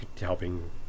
helping